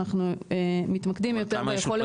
אנחנו מתמקדים יותר ביכולת למצוא --- אבל